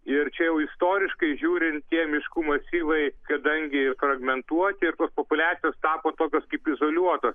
ir čia jau istoriškai žiūrint tie miškų masyvai kadangi fragmentuoti ir tos populiacijos tapo tokios kaip izoliuotos